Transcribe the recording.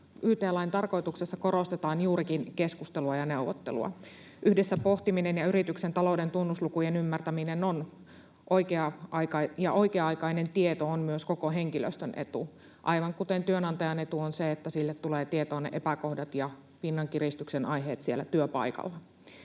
yt-lain tarkoituksessa korostetaan juurikin keskustelua ja neuvottelua. Yhdessä pohtiminen ja yrityksen talouden tunnuslukujen ymmärtäminen ja oikea-aikainen tieto ovat myös koko henkilöstön etu, aivan kuten työnantajan etu on se, että sille tulevat tietoon ne epäkohdat ja pinnankiristyksen aiheet siellä työpaikalla.